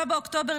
ב-7 באוקטובר,